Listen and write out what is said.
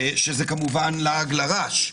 זה, כמובן, לעג לרש.